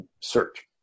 search